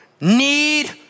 need